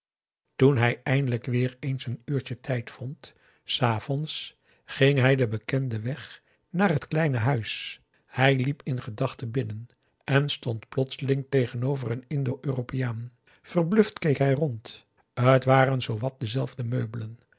toen hij eindelijk weer eens een uurtje tijd vond s avonds ging hij den bekenden weg naar het kleine huis hij liep in gedachten binnen en stond plotseling tegenover een indo europeaan verbluft keek hij rond t waren zoowat dezelfde meubelen